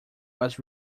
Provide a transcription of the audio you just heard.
was